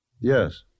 Yes